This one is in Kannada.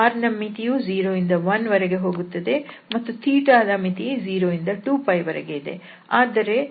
rನ ಮಿತಿಯು 0 ದಿಂದ 1 ವರೆಗೆ ಹೋಗುತ್ತದೆ ಮತ್ತು ದ ಮಿತಿಯು 0 ದಿಂದ 2 ವರೆಗೆ ಇದೆ